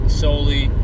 solely